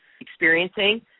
experiencing